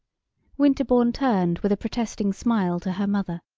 winterbourne turned with a protesting smile to her mother,